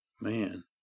Man